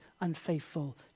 unfaithful